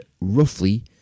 roughly